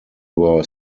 were